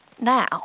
now